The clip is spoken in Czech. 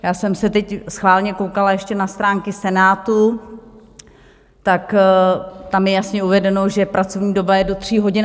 Já jsem se teď schválně koukala ještě na stránky Senátu, tak tam je jasně uvedeno, že pracovní doba je do tří hodin.